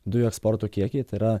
dujų eksporto kiekiai tai yra